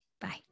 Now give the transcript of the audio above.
Bye